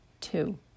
two